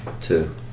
Two